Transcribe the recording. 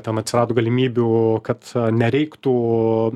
ten atsirado galimybių kad nereiktų